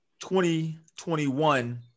2021